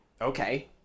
Okay